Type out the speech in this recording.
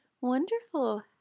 Wonderful